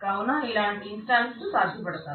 కావున ఇలాంటి ఇన్స్టాన్స్ లు సాధ్యపడతాయి